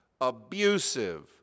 abusive